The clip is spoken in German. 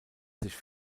sich